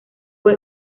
fue